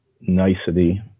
nicety